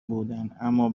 بودند، اما